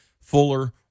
Fuller